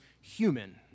human